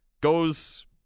goes